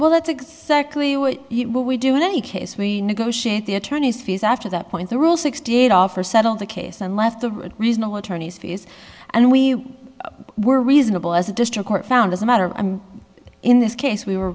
well that's exactly what we do in any case we negotiate the attorney's fees after that point the rule sixty eight offer settled the case and left the reasonable attorney's fees and we were reasonable as a district court found as a matter in this case we were